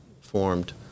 formed